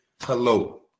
hello